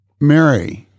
Mary